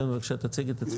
כן, בבקשה תציג את עצמך.